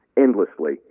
endlessly